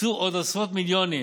הוקצו עוד עשרות מיליונים